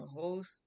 host